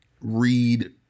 read